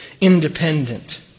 independent